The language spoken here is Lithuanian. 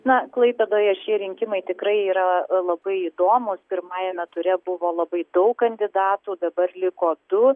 na klaipėdoje šie rinkimai tikrai yra labai įdomūs pirmajame ture buvo labai daug kandidatų dabar liko du